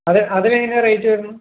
അത് അതിനെങ്ങനെയാ റേറ്റ് വരുന്നത്